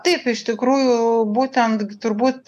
taip iš tikrųjų būtent turbūt